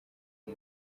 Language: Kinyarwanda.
uri